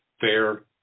fair